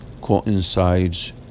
coincides